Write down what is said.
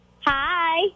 Hi